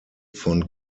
von